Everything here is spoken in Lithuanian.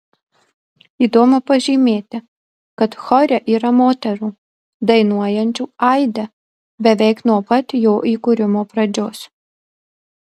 įdomu pažymėti kad chore yra moterų dainuojančių aide beveik nuo pat jo įkūrimo pradžios